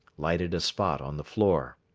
lighted a spot on the floor.